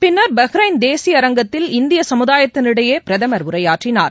பின்னர் பஹ்ரைன் தேசிய அரங்கத்தில் இந்திய சமுதாயத்தினரிடையே பிரதமர் உரையாற்றினார்